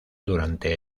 durante